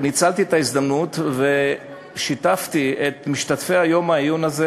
ניצלתי את ההזדמנות ושיתפתי את משתתפי יום העיון הזה